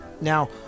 Now